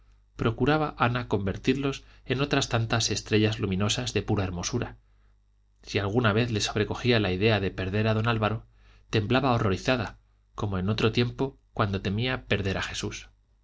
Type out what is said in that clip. procuraba ana convertirlos en otras tantas estrellas luminosas de pura hermosura si alguna vez le sobrecogía la ida de perder a don álvaro temblaba horrorizada como en otro tiempo cuando temía perder a jesús